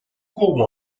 cool